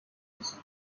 petition